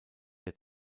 der